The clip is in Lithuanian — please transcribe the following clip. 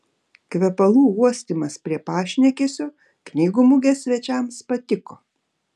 kvepalų uostymas prie pašnekesio knygų mugės svečiams patiko